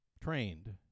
trained